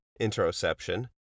interoception